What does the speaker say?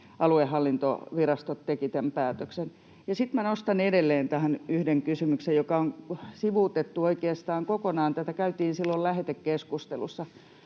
aluehallintovirastot tekivät tämän päätöksen. Sitten minä nostan edelleen tähän yhden kysymyksen, joka on sivuutettu oikeastaan kokonaan. Tätä käytiin silloin läpi lähetekeskustelussa.